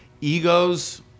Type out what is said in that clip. egos